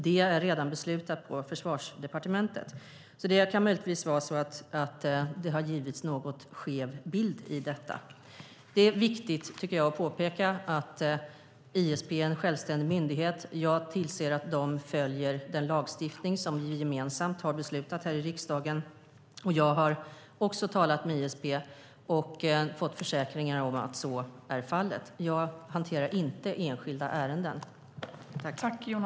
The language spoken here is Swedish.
Det är redan beslutat på Försvarsdepartementet. Det kan möjligen ha givits en något skev bild av detta. Det är viktigt att påpeka att ISP är en självständig myndighet. Jag ser till att de följer den lagstiftning som vi gemensamt har beslutat om i riksdagen. Jag har talat med ISP och fått försäkringar om att så är fallet. Jag hanterar inte enskilda ärenden.